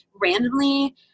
randomly